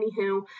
anywho